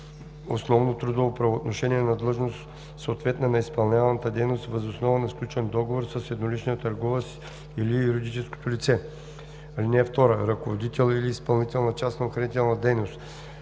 основно трудово правоотношение на длъжност, съответна на изпълняваната дейност, въз основа на сключен трудов договор с едноличния търговец или юридическото лице. (2) Ръководител или изпълнител на частна охранителна дейност